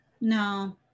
no